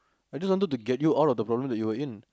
I just wanted to get you out of the problem that you were in